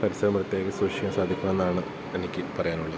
പരിസരം വൃത്തിയാക്കി സൂക്ഷിക്കാൻ സാധിക്കുമെന്നാണ് എനിക്ക് പറയാനുള്ളത്